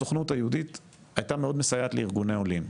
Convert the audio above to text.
הסוכנות היהודית הייתה מאוד מסייעת לארגוני עולים.